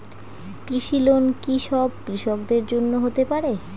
কৃষি লোন কি সব কৃষকদের জন্য হতে পারে?